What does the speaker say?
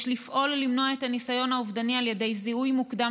יש לפעול למנוע את הניסיון האובדני על ידי זיהוי מוקדם